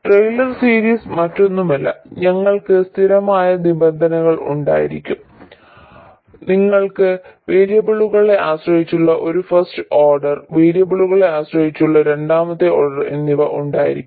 Taylor series മറ്റൊന്നുമല്ല ഞങ്ങൾക്ക് സ്ഥിരമായ നിബന്ധനകൾ ഉണ്ടായിരിക്കും നിങ്ങൾക്ക് വേരിയബിളുകളെ ആശ്രയിച്ചുള്ള ഒരു ഫസ്റ്റ് ഓർഡർ വേരിയബിളുകളെ ആശ്രയിച്ചുള്ള രണ്ടാമത്തെ ഓർഡർ എന്നിവ ഉണ്ടായിരിക്കും